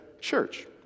church